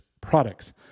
products